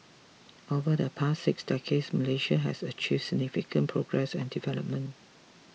over the past six decades Malaysia has achieved significant progress and development